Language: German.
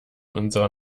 unserer